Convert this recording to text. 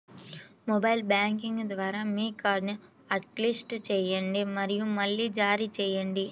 mobile banking ద్వారా మీ కార్డ్ని హాట్లిస్ట్ చేయండి మరియు మళ్లీ జారీ చేయండి